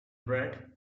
red